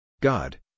God